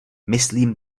myslím